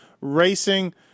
Racing